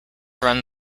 run